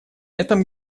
этом